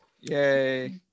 Yay